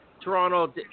Toronto